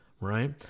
right